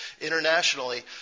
internationally